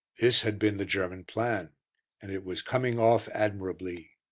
this had been the german plan and it was coming off admirably.